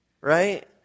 right